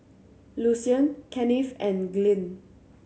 Lucian Kennith and Glynn